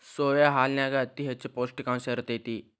soya ಹಾಲನ್ಯಾಗ ಅತಿ ಹೆಚ್ಚ ಪೌಷ್ಟಿಕಾಂಶ ಇರ್ತೇತಿ